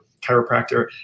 chiropractor